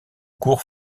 cour